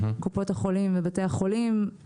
קופות החולים ובתי החולים,